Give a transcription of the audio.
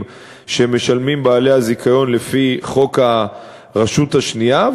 שמשלמים בעלי הזיכיון לפי חוק הרשות השנייה.